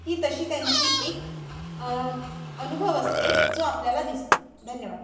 ही तशी त्यांची एक अनुभव असते जो आपल्याला दिसतो धन्यवाद